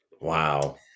Wow